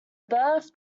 birth